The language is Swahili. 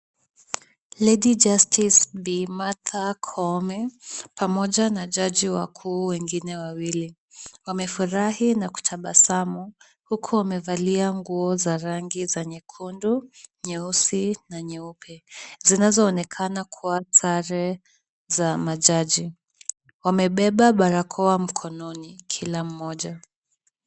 Lady justice Bi. Martha Koome pamoja na majaji wakuu wengine wawili. Wamefurahi na kutabasamu, huku wamevalia nguo za rangi za nyekundu, nyeusi na nyeupe, zinazoonekana kuwa sare za majaji. Wamebeba barakoa mkononi kila mmoja.